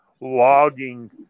logging